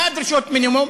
מה הן דרישות המינימום?